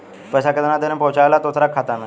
पैसा कितना देरी मे पहुंचयला दोसरा के खाता मे?